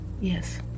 Yes